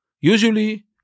Usually